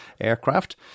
aircraft